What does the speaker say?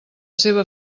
seva